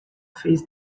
fez